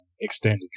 extended